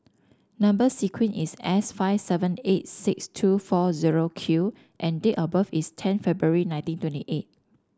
number sequence is S five seven eight six two four zero Q and date of birth is ten February nineteen twenty eight